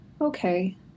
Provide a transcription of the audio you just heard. okay